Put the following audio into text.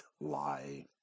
lie